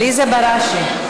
עליזה בראשי.